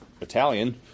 Italian